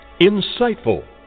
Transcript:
insightful